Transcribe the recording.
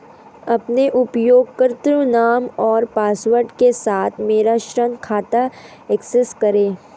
अपने उपयोगकर्ता नाम और पासवर्ड के साथ मेरा ऋण खाता एक्सेस करें